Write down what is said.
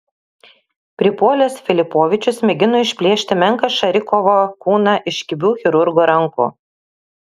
pripuolęs filipovičius mėgino išplėšti menką šarikovo kūną iš kibių chirurgo rankų